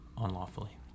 unlawfully